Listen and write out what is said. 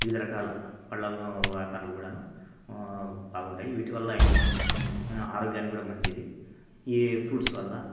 వివిధ రకాల పళ్ళ వ్యాపారాలు కూడాను బాగుంటాయి వీటివల్ల ఏందంటే ఆరోగ్యానికి కూడా మంచిది ఈ ఫ్రూట్స్ వల్ల